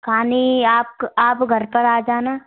खानी आप आप घर घर पर आ जाना